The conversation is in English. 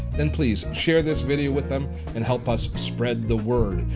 then please share this video with them and help us spread the word.